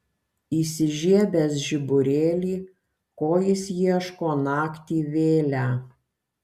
įsižiebęs žiburėlį ko jis ieško naktį vėlią